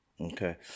okay